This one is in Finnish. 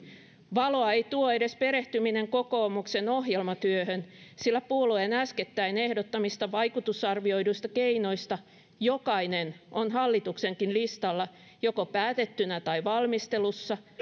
valoa ei tuo edes perehtyminen kokoomuksen ohjelmatyöhön sillä puolueen äskettäin ehdottamista vaikutusarvioiduista keinoista jokainen on hallituksenkin listalla joko päätettynä tai valmistelussa